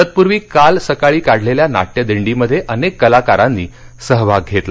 तत्पूर्वी काल सकाळी काढलेल्या नाट्य दिंडीमध्ये अनेक कलाकारांनी सहभाग घेतला